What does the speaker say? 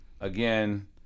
Again